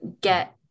get